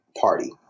party